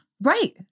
Right